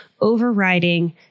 overriding